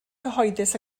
cyhoeddus